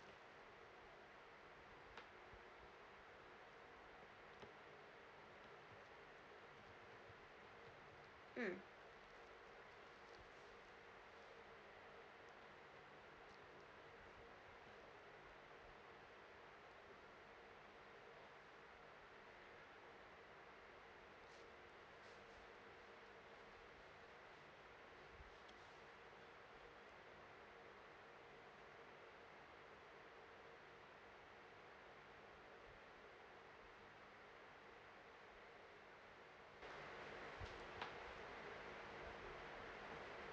mm